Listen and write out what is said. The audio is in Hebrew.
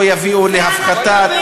לא יביאו להפחתת,